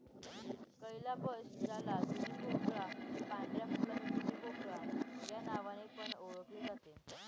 calabash ज्याला दुधीभोपळा, पांढऱ्या फुलाचा दुधीभोपळा या नावाने पण ओळखले जाते